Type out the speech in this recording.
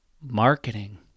marketing